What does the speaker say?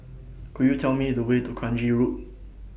Could YOU Tell Me The Way to Kranji Road